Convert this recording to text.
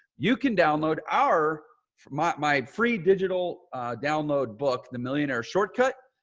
you can download our from my free digital download book, the millionaire shortcut,